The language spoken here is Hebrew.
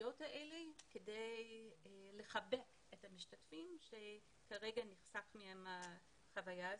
ההזדמנויות האלה כדי לחבר את המשתתפים שכרגע נחסכה מהם החוויה הזאת.